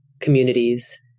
communities